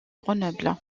grenoble